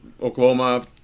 Oklahoma